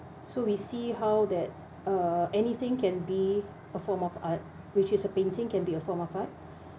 so we see how that uh anything can be a form of art which is a painting can be a form of art